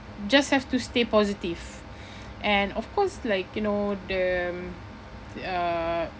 just have to stay positive and of course like you know the um uh